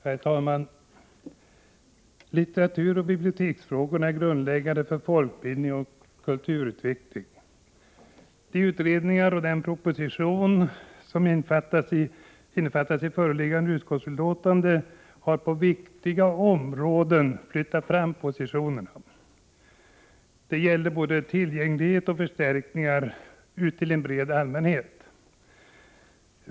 Herr talman! Litteraturoch biblioteksfrågorna är grundläggande för folkbildning och kulturutveckling. De utredningar och den proposition som innefattas i föreliggande utskottsbetänkande har på viktiga områden flyttat fram positionerna när det gäller förstärkningar och tillgänglighet för en bred allmänhet.